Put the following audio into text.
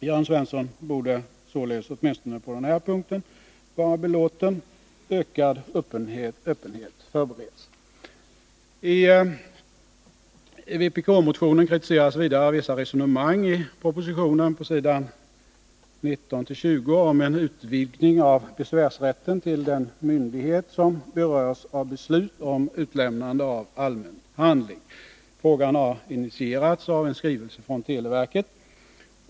Jörn Svensson borde således åtminstone på den här punkten vara belåten — ökad öppenhet förbereds. I vpk-motionen kritiseras vidare vissa resonemang i propositionen på s. 19-20 om en utvidgning av besvärsrätten till den myndighet som berörs av beslut om utlämnande av allmän handling. Frågan har initierats av en skrivelse från televerket.